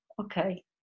Okay